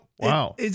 wow